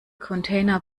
container